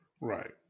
Right